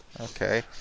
Okay